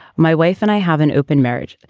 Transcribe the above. my wife and i have an open marriage.